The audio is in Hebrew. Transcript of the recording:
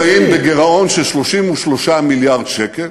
אנחנו נמצאים בגירעון של 33 מיליארד שקל.